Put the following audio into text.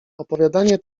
opowiadanie